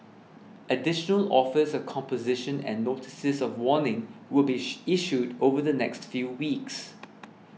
additional offers of composition and notices of warning will be issued over the next few weeks